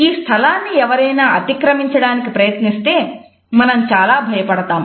ఈ స్థలాన్ని ఎవరైనా అతిక్రమించడం కి ప్రయత్నిస్తే మనం చాలా భయపడతాం